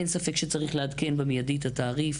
אין ספק שצריך לעדכן מיידית את התעריף,